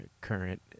current